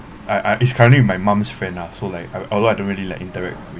I I is currently with my mum's friend ah so like al~ although I don't really like interact with